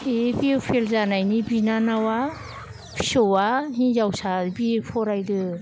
E पि इउ फेल जानायनि बिनानावा फिसौआ हिनजावसाया बिए फरायदो